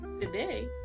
Today